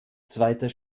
zweiter